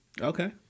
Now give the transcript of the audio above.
Okay